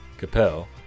Capel